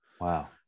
Wow